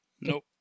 Nope